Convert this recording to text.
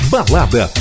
Balada